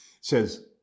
says